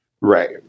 Right